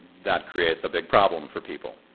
that creates a big problem for people.